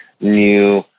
new